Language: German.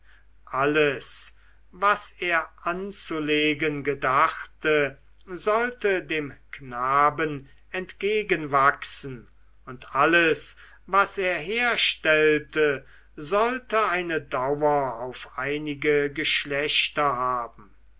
alles was er anzulegen gedachte sollte dem knaben entgegenwachsen und alles was er herstellte sollte eine dauer auf einige geschlechter haben